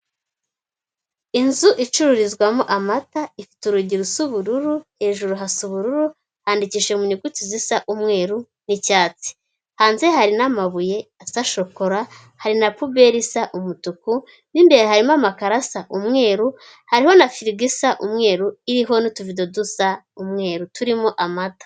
Inzu icururizwamo amata, ifite urugi rusa ubururu, hejuru hasa ubururu handikishije mu nyuguti zisa umweru n'icyatsi. Hanze hari n'amabuye asa shokora hari na puberi isa umutuku, mo imbere harimo amakaro asa umweru, harimo na firigo isa umweru iriho n'utuvido dusa umweru turimo amata.